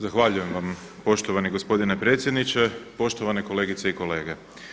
Zahvaljujem vam poštovani gospodine predsjedniče, poštovane kolegice i kolege.